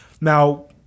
Now